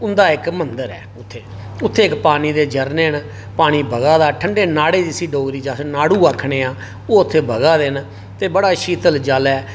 उं'दा इक मंदर उत्थै इक पानी दे झरने दे पानी बगा दा नाड़े जिसी डोगरी च अस नाड़ू आखने आं ओह् उत्थै बगा दे न ते बड़ा शीतल जल ऐ